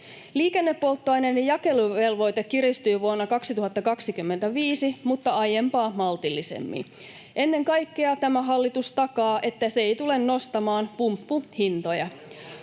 Liikennepolttoaineiden jakeluvelvoite kiristyy vuonna 2025, mutta aiempaa maltillisemmin. Ennen kaikkea tämä hallitus takaa, että se ei tule nostamaan pumppuhintoja.